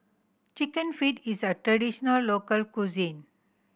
Chicken Feet is a traditional local cuisine